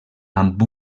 amb